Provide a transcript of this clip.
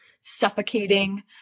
suffocating